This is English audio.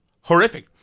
horrific